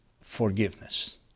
forgiveness